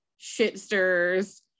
shitsters